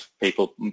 people